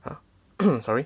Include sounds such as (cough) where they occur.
!huh! (coughs) sorry